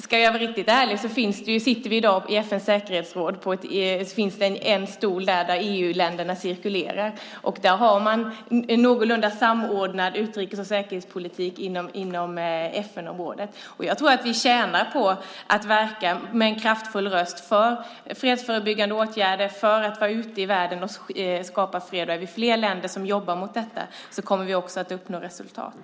Ska jag vara riktigt ärlig sitter vi i dag i FN:s säkerhetsråd på en stol där EU-länderna cirkulerar. Där har man en någorlunda samordnad utrikes och säkerhetspolitik inom FN-området. Jag tror att vi tjänar på att verka med en kraftfull röst för fredsskapande åtgärder och vara ute i världen och skapa fred. Är vi flera länder som jobbar för detta kommer vi också att uppnå resultat.